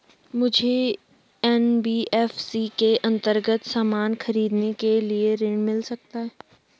मुझे एन.बी.एफ.सी के अन्तर्गत सामान खरीदने के लिए ऋण मिल सकता है?